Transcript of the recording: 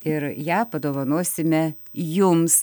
ir ją padovanosime jums